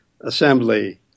assembly